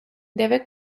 debe